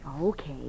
Okay